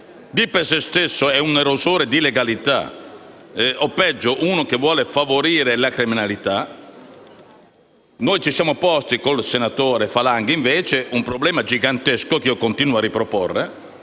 di per se stesso è un "erosore" di legalità o, peggio, uno che vuole favorire la criminalità. Noi ci siamo posti invece, con il senatore Falanga, un problema gigantesco, che continuo a riproporre